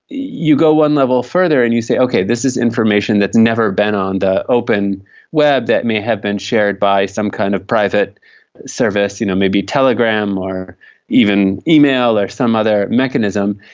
you go one level further and you say, okay, this is information that has never been on the open web that may have been shared by some kind of private service, you know maybe telegram or even email or some other mechanism,